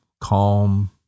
Calm